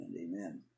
Amen